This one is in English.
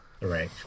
Right